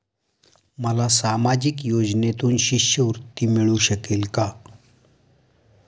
मला सामाजिक योजनेतून शिष्यवृत्ती मिळू शकेल का?